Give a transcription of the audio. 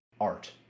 art